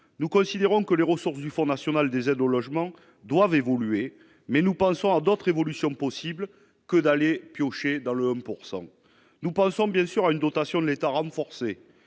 nous considérons que les ressources du Fonds national des aides au logement doivent évoluer, mais nous pensons à d'autres évolutions possibles que d'aller piocher dans le homme pourcent nous pensons bien sûr à une dotation de l'État renforcé